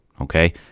Okay